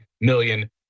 million